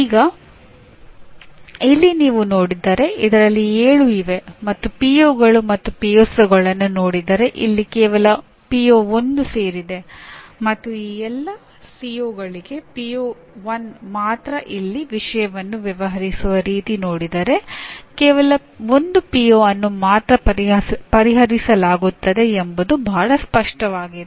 ಈಗ ಇಲ್ಲಿ ನೀವು ನೋಡಿದರೆ ಇದರಲ್ಲಿ 7 ಇವೆ ಮತ್ತು ಪಿಒಗಳು ಅನ್ನು ಮಾತ್ರ ಪರಿಹರಿಸಲಾಗುತ್ತದೆ ಎಂಬುದು ಬಹಳ ಸ್ಪಷ್ಟವಾಗಿದೆ